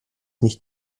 nicht